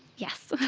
yes!